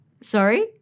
Sorry